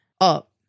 up